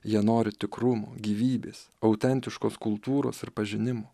jie nori tikrumo gyvybės autentiškos kultūros ir pažinimo